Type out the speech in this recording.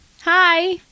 Hi